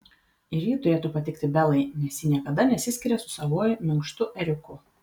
ir ji turėtų patikti belai nes ji niekada nesiskiria su savuoju minkštu ėriuku